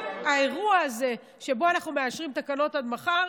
האירוע הזה שבו אנחנו מאשרים תקנות עד מחר,